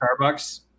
Starbucks